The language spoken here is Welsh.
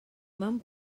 mewn